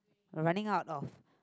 we're running out of